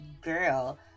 girl